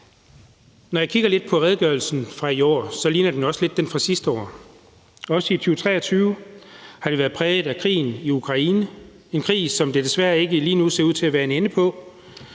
Når jeg kigger på redegørelsen fra i år, ligner den lidt den fra sidste år. Også i 2023 har vi været præget af krigen i Ukraine, en krig, som der desværre ikke lige nu ser ud til at være en ende på.